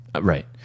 Right